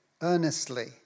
earnestly